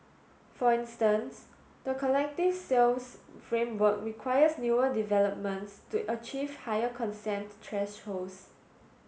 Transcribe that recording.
for instance the collective sales framework requires newer developments to achieve higher consent thresholds